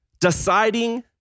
deciding